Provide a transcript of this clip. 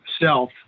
self